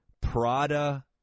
Prada